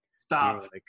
Stop